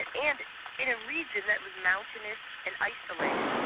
and and in a region that was mountainous and isolated.